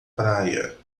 praia